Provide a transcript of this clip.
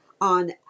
on